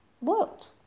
world